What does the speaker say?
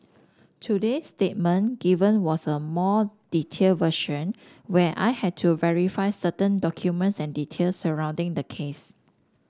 today's statement given was a more detailed version where I had to verify certain documents and details surrounding the case